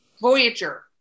voyager